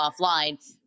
offline